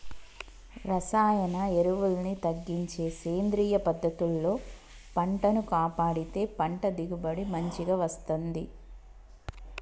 రసాయన ఎరువుల్ని తగ్గించి సేంద్రియ పద్ధతుల్లో పంటను కాపాడితే పంట దిగుబడి మంచిగ వస్తంది